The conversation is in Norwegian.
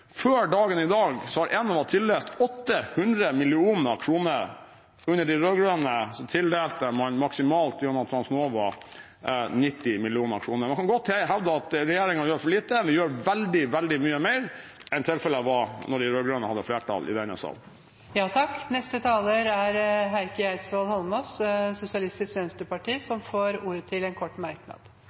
tildelt 800 mill. kr. Under de rød-grønne tildelte man maksimalt, gjennom Transnova, 90 mill. kr. Man kan godt hevde at regjeringen gjør for lite. Vi gjør veldig, veldig mye mer enn tilfellet var da de rød-grønne hadde flertallet i denne sal. Representanten Heikki Eidsvoll Holmås har hatt ordet to ganger tidligere og får ordet til en kort merknad,